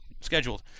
scheduled